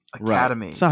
academy